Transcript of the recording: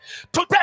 today